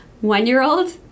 one-year-old